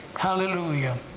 hallelujah!